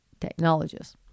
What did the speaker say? technologists